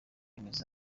bameze